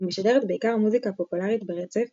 ומשדרת בעיקר מוזיקה פופולרית ברצף,